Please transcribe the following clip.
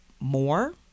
more